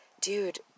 dude